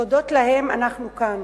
תודות לכם אנחנו כאן.